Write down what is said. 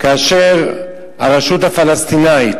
כאשר הרשות הפלסטינית